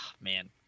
man